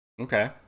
Okay